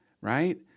right